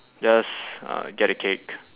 just uh get a cake